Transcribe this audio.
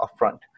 upfront